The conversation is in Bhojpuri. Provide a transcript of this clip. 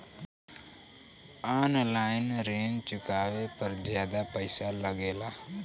आन लाईन ऋण चुकावे पर ज्यादा पईसा लगेला?